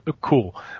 cool